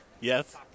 Yes